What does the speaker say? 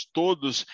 todos